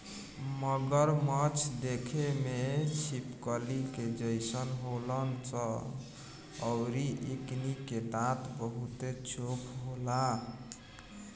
मगरमच्छ देखे में छिपकली के जइसन होलन सन अउरी एकनी के दांत बहुते चोख होला